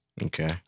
Okay